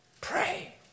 pray